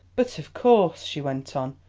but of course, she went on,